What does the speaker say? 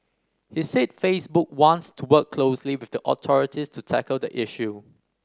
he said Facebook wants to work closely with the authorities to tackle the issue